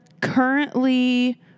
currently